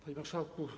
Panie Marszałku!